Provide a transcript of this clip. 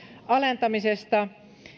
alentamisesta